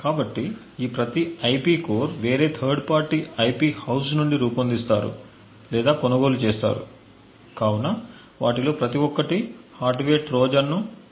కాబట్టి ఈ ప్రతి ఐపి కోర్ వేరే థర్డ్ పార్టీ ఐపి హౌస్ నుండి రూపొందిస్తారు లేదా కొనుగోలు చేస్తారు కావున వాటిలో ప్రతి ఒక్కటి హార్డ్వేర్ ట్రోజన్ను చొప్పించగలవు